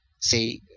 say